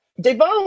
Devon